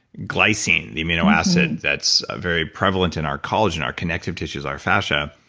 glycine, the amino acid that's very prevalent in our collagen, our connective tissues, our fascia,